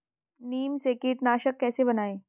नीम से कीटनाशक कैसे बनाएं?